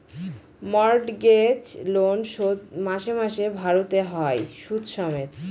mortgage loan শোধ মাসে মাসে ভারতে হয় সুদ সমেত